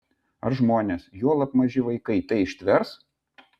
ar žmonės juolab maži vaikai tai ištvers